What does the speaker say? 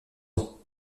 ans